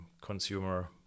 consumer